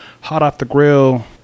hot-off-the-grill